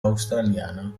australiana